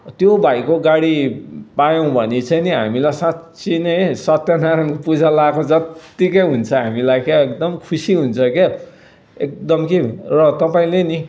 त्यो भाइको गाडी पायौँ भने चाहिँ नि हामीलाई साँच्चै नै है सत्य नारायणको पूजा लगाएको जतिकै हुन्छ हामीलाई क्या एकदम खुसी हुन्छ क्या एकदम के र तपाईँले नि